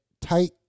tight